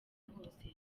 hose